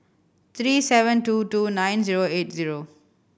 three seven two two nine zero eight zero